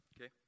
Okay